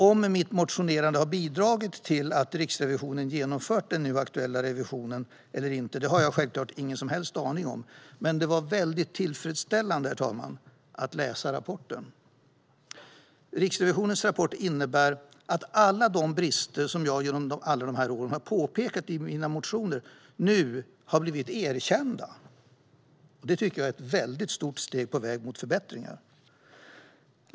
Om mitt motionerande har bidragit till att Riksrevisionen har genomfört den nu aktuella revisionen eller inte har jag självklart ingen som helst aning om. Men, herr talman, det var tillfredsställande att läsa rapporten. Riksrevisionens rapport innebär att alla de brister som jag genom alla år har påpekat i mina motioner nu har blivit erkända. Det tycker jag är ett stort steg på väg mot förbättringar.